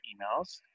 emails